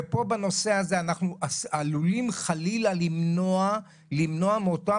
ופה בנושא הזה אנחנו עלולים חלילה למנוע מאותן